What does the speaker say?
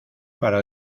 para